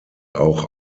auch